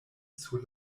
sur